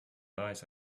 dies